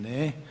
Ne.